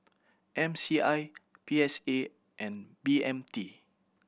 M C I P S A and B M T